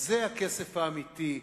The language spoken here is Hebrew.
זה הכסף האמיתי.